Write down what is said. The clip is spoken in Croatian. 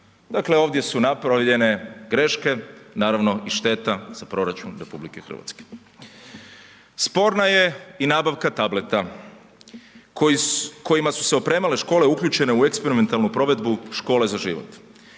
Dakle, ovdje su napravljene greške, naravno i šteta za proračun RH. Sporna je i nabavka tableta kojima su se opremale škole uključene u eksperimentalnu provedbu Škole za život.